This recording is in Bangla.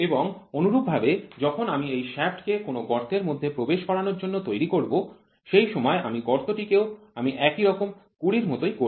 এবং অনুরূপভাবে যখন আমি এই শ্যাফ্ট কে কোন গর্তের মধ্যে প্রবেশ করানোর জন্য তৈরি করব সেই সময় আমি গর্ত টি কেও আমি এরকমই ২০ মতোই করব